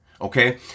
okay